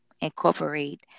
incorporate